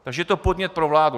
Takže to je podnět pro vládu.